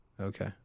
Okay